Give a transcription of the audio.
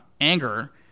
anger